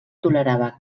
tolerava